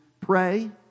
pray